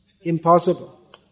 impossible